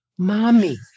Mommy